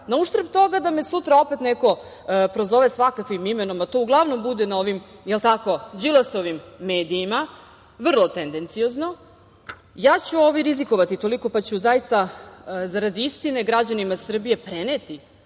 nauštrb toga da me sutra opet neko prozove svakakvim imenom a to uglavnom bude na ovim Đilasovim medijima, vrlo tendenciozno, ja ću rizikovati toliko pa ću zaista, zarad istine, građanima Srbije preneti